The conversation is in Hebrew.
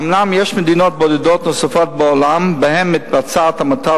אומנם יש מדינות בודדות נוספות בעולם שבהן מתבצעת המתת